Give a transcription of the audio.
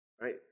Right